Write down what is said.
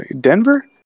Denver